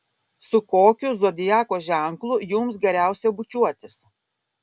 su kokiu zodiako ženklu jums geriausia bučiuotis